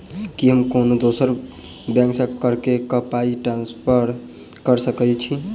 की हम कोनो दोसर बैंक सँ ककरो केँ पाई ट्रांसफर कर सकइत छि?